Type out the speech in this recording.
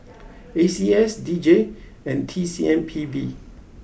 A C S D J and T C M P B